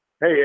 hey